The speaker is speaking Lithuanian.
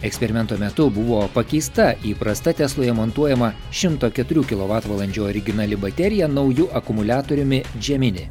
eksperimento metu buvo pakeista įprasta tesloje montuojama šimto keturių kilovatvalandžių originali baterija nauju akumuliatoriumi gemini